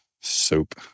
soap